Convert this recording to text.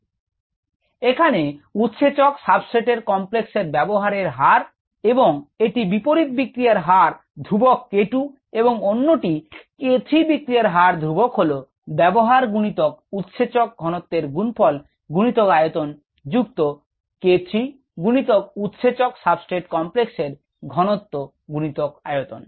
𝒓𝒈𝑬𝑺 𝒌𝟏 𝑬 𝑺 𝑽 এখানে উৎসেচক সাবস্ট্রেট এর কমপ্লেক্সের ব্যবহারের হার এবং এটি বিপরীত বিক্রিয়ার হার ধ্রূবক k2 এবং অন্যটির k3 বিক্রিয়ার হার ধ্রূবক হল ব্যবহার গুণিতক উৎসেচক ঘনত্বের গুণফল গুণিতক আয়তন যুক্ত k3 গুণিতক উৎসেচক সাবস্ট্রেট কমপ্লেক্সের ঘনত্ব গুণিতক আয়তন